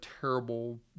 terrible